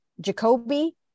Jacoby